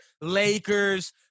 Lakers